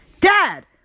Dad